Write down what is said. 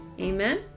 amen